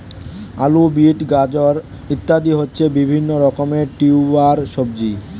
আলু, বিট, গাজর ইত্যাদি হচ্ছে বিভিন্ন রকমের টিউবার সবজি